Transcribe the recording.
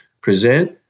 present